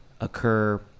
occur